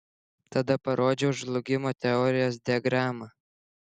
tada parodžiau žlugimo teorijos diagramą